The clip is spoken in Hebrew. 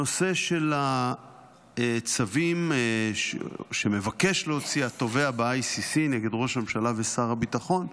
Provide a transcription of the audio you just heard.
הנושא של הצווים שמבקש להוציא התובע ב-ICC נגד ראש הממשלה ושר הביטחון.